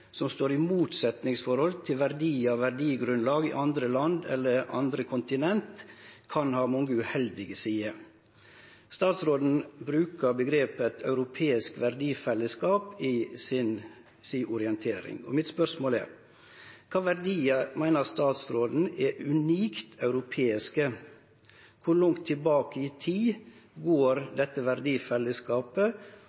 som står i eit motsetningsforhold til verdiar og verdigrunnlag i andre land eller på andre kontinent, kan ha mange uheldige sider. Utanriksministeren brukte uttrykket «europeisk verdifellesskap» i si orientering. Mine spørsmål er: Kva verdiar meiner utanriksministeren er unikt europeiske? Kor langt tilbake i tid går